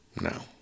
no